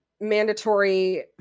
mandatory